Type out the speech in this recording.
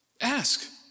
Ask